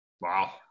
Wow